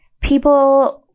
people